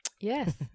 Yes